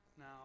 Now